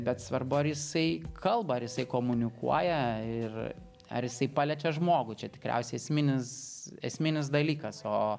bet svarbu ar jisai kalba ar jisai komunikuoja ir ar jisai paliečia žmogų čia tikriausiai esminis esminis dalykas o